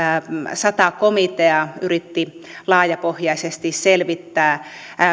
sata komitea yritti laajapohjaisesti tätä selvittää